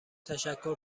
تشکر